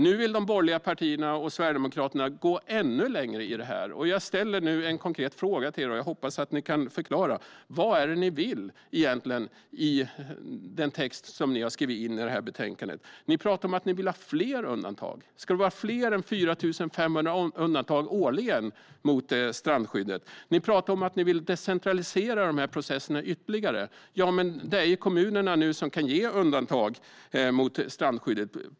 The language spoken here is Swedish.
Nu vill de borgerliga partierna och Sverigedemokraterna gå ännu längre i det här, och jag vill ställa en konkret fråga och hoppas att ni kan förklara: Vad är det ni egentligen vill i den text ni har skrivit i det här betänkandet? Ni pratar om att ni vill ha fler undantag. Ska det vara fler än 4 500 undantag årligen från strandskyddet? Ni pratar om att ni vill decentralisera processerna ytterligare. Ja, men det är ju redan nu kommunerna som kan ge undantag när det gäller strandskyddet.